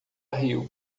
riu